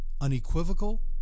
unequivocal